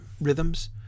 rhythms